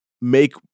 make